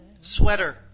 Sweater